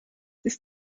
ist